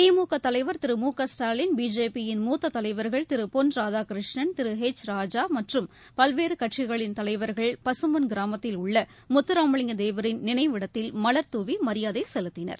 திமுக தலைவர் திரு மு க ஸ்டாலின் பிஜேபியின் மூத்த தலைவர்கள் திரு பொன் ராதாகிருஷ்ணன் திரு ஹெச் ராஜா மற்றும் பல்வேறு கட்சிகளின் தலைவர்கள் பசும்பொன் கிராமத்தில் உள்ள முத்தராமலிங்க தேவரின் நினைவிடத்தில் மலர்தூவி மரியாதை செலுத்தினர்